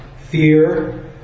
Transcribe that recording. fear